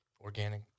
organic